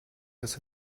das